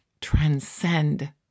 transcend